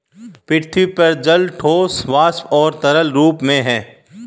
पृथ्वी पर जल ठोस, वाष्प और तरल रूप में है